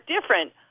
different